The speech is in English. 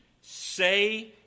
say